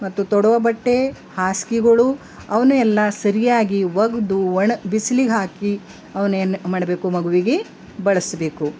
ಮತ್ತು ತೊಡುವ ಬಟ್ಟೆ ಹಾಸಿಗೆಗಳು ಅವನ್ನು ಎಲ್ಲ ಸರಿಯಾಗಿ ಒಗೆದು ಒಣ ಬಿಸಿಲಿಗೆ ಹಾಕಿ ಅವನ್ನೇನು ಮಾಡಬೇಕು ಮಗುವಿಗೆ ಬಳಸಬೇಕು